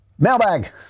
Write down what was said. Mailbag